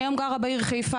אני היום גרה בעיר חיפה,